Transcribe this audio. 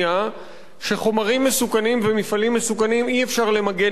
שחומרים מסוכנים ומפעלים מסוכנים אי-אפשר למגן באופן מוחלט,